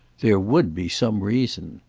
there would be some reason.